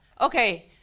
okay